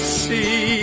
see